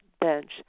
bench